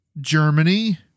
Germany